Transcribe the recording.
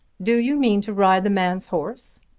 do you mean to ride the man's horse?